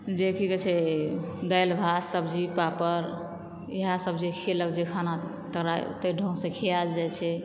जे की कहै छै दालि भात सब्जी पापड़ इएह सब जे खीएलक जे खाना तै ढंगसॅं खीयाएल जाइ छै